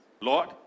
Lord